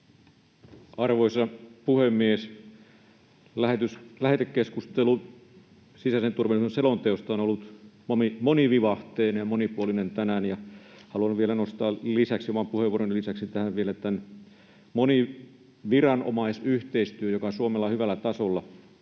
Arvoisa puhemies! Lähetekeskustelu sisäisen turvallisuuden selonteosta on ollut monivivahteinen ja monipuolinen tänään, ja haluan vielä nostaa oman puheenvuoroni lisäksi tähän vielä tämän moniviranomaisyhteistyön, joka on Suomella hyvällä tasolla.